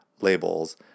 labels